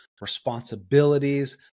responsibilities